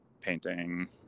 painting